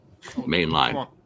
Mainline